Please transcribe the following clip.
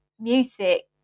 music